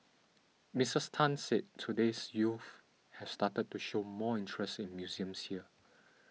Mrs Tan said today's youth have started to show more interest in museums here